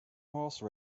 horse